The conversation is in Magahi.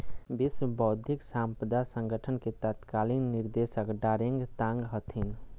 विश्व बौद्धिक साम्पदा संगठन के तत्कालीन निदेशक डारेंग तांग हथिन